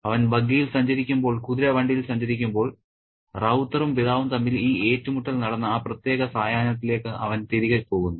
അവൻ ബഗ്ഗിയിൽ സഞ്ചരിക്കുമ്പോൾ കുതിര വണ്ടിയിൽ സഞ്ചരിക്കുമ്പോൾ റൌത്തറും പിതാവും തമ്മിൽ ഈ ഏറ്റുമുട്ടൽ നടന്ന ആ പ്രത്യേക സായാഹ്നത്തിലേക്ക് അവൻ തിരികെ പോകുന്നു